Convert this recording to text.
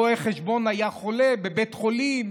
רואה החשבון היה חולה בבית חולים,